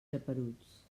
geperuts